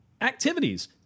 activities